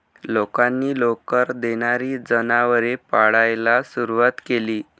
लोकांनी लोकर देणारी जनावरे पाळायला सुरवात केली